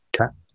Okay